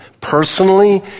personally